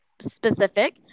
specific